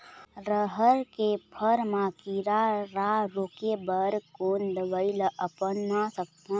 रहर के फर मा किरा रा रोके बर कोन दवई ला अपना सकथन?